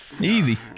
easy